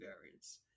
variants